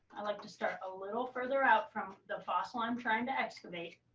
i like to start a little further out from the fossil i'm trying to excavate.